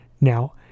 Now